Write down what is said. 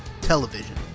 television